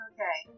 Okay